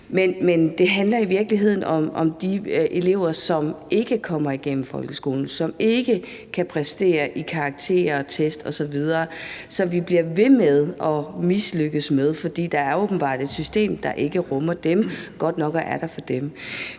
ting. Det handler i virkeligheden om de elever, som ikke kommer igennem folkeskolen, som ikke kan præstere i forbindelse med karakterer, test osv., og som vi bliver ved med at mislykkes med, fordi der åbenbart er et system, der ikke rummer dem godt nok og er der for dem.